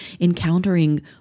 encountering